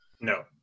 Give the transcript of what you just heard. No